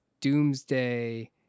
Doomsday